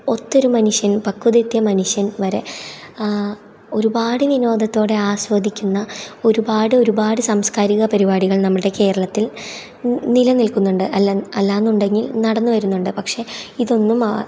ഒത്തൊരു മനുഷ്യൻ പക്വതയെത്തിയ മനുഷ്യൻ വരെ ഒരുപാട് വിനോദത്തോടെ ആസ്വദിക്കുന്ന ഒരുപാട് ഒരുപാട് സാംസ്കാരിക പരിപാടികൾ നമ്മളുടെ കേരളത്തിൽ നി നിലനിൽക്കുന്നുണ്ട് അല്ല അല്ലയെന്നുണ്ടെങ്കിൽ നടന്നു വരുന്നുണ്ട് പക്ഷെ ഇതൊന്നും